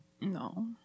No